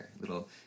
little